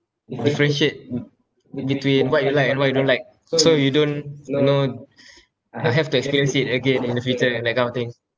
differentiate between what you like and what you don't like so you don't you know I have to experience it again in the future that kind of thing